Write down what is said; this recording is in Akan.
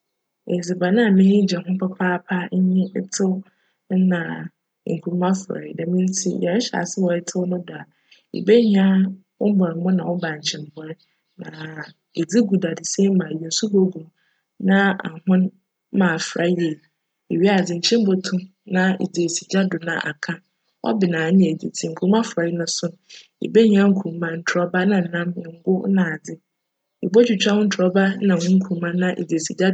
Edziban a m'enyi gye ho papaapa nye etsew na nkunuma frcwee. Djm ntsi yjrehyj ase wc etsew no do a, ibehia wo mbcr mon na wo bankye mbcr. Edze gu daadzesan mu a, edze nsu bogu mu na ahon ma afora yie. Ewia, edze nkyen bcto mu na edze esi gya do na aka. Cben a, nna etsitsi. Nkunuma frcwee no so, ibehia nkunuma, ntorcba nna nam, ngo na muoko na adze. Ibotwitwa wo ntorcba na wo nkunuma ma edze esi gya do.